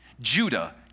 Judah